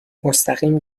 مستقیم